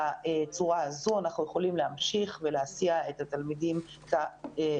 בצורה הזו אנחנו יכולים להמשיך ולהסיע את התלמידים בשגרה.